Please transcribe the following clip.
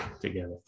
together